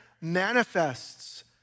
manifests